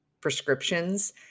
prescriptions